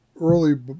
early